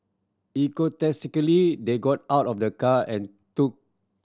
enthusiastically they got out of the car and took